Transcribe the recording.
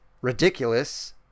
ridiculous